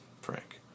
Frank